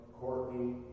Courtney